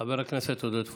חבר הכנסת עודד פורר,